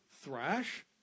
thrash